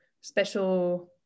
special